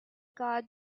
car